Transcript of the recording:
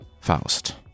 Faust